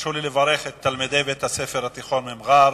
תרשו לי לברך את תלמידי בית-הספר התיכון ממע'אר.